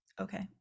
okay